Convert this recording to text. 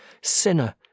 sinner